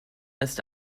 erst